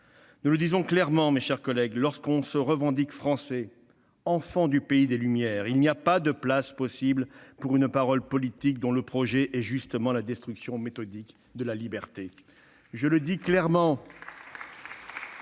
produit de pire à travers son histoire. Lorsque l'on se revendique français, enfant du pays des Lumières, il n'y a pas de place possible pour une parole politique dont le projet est justement la destruction méthodique de la liberté. Je le dis clairement